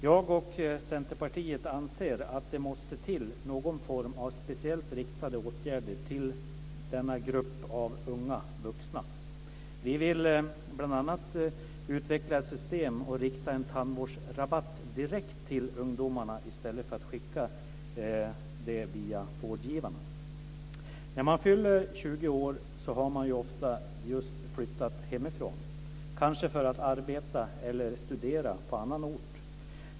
Jag och Centerpartiet anser att det måste till någon form av speciellt riktade åtgärder för denna grupp av unga vuxna. Vi vill bl.a. utveckla ett system och rikta en tandvårdsrabatt direkt till ungdomarna, i stället för att skicka pengarna via vårdgivarna. När man fyller 20 år har man ofta just flyttat hemifrån, kanske för att arbeta eller studera på annan ort.